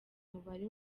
umubare